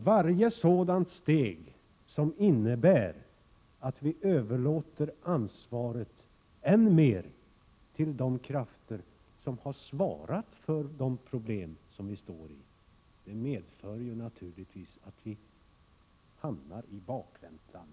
Varje sådant steg, som innebär att vi överlåter ansvaret än mer på de krafter som har svarat för de problem som vi står inför, medför naturligtvis att vi verkligen hamnar i bakvänt land.